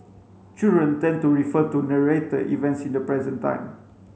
children tend to refer to narrated events in the present time